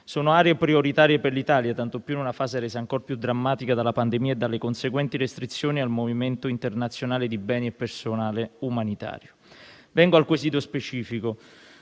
Sono aree prioritarie per l'Italia, tanto più in una fase resa ancor più drammatica dalla pandemia e dalle conseguenti restrizioni al movimento internazionale di beni e personale umanitario. Vengo al quesito specifico.